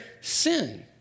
sin